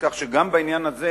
כך שגם בעניין הזה,